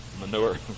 manure